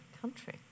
country